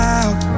out